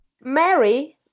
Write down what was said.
Mary